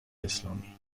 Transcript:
اسلامی